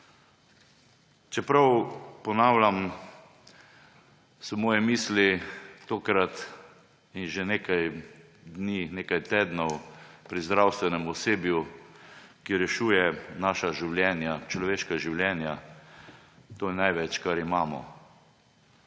Čeprav, ponavljam, so moje misli tokrat in že nekaj dni, nekaj tednov pri zdravstvenemu osebju, ki rešuje naša življenja, človeška življenja. To je največ, kar imamo.